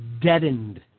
deadened